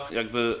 jakby